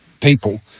people